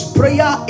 prayer